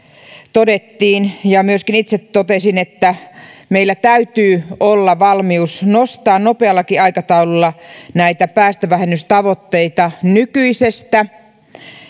todettiin ja myöskin itse totesin että meillä täytyy olla valmius nostaa nopeallakin aikataululla näitä päästövähennystavoitteita nykyisestä